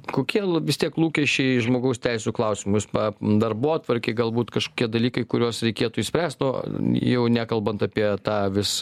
kokie la vis tiek lūkesčiai žmogaus teisių klausimus pa darbotvarkei galbūt kažkokie dalykai kuriuos reikėtų išspręst o jau nekalbant apie tą vis